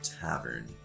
tavern